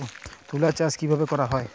তুলো চাষ কিভাবে করা হয়?